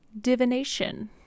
divination